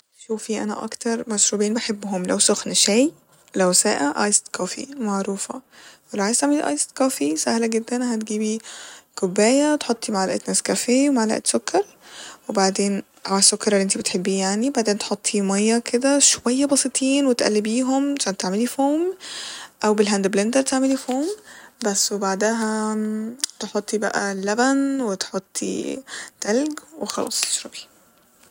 شوفي أنا أكتر مشروبين بحبهم ، لو سخن شاي لو ساقع آيس كوفي معروفة ولو عايزه تعملي آيس كوفي سهلة جدا هتجيبي كوباية وتحطي معلقة نسكافيه ومعلقة سكر وبعدين ع السكر الل انت بتحبيه يعني بعدين تحطي مية شوية بسيطين وتقلبيهم عشان تعملي فوم أو بالهاند بليندر تعملي فوم بس تحطي بقى اللبن وتحطي تلج وخلاص اشربي